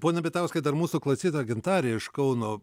pone bitauskai dar mūsų klausytoja gintarė iš kauno